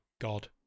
god